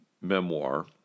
memoir